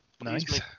Nice